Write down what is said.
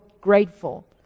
grateful